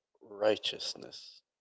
righteousness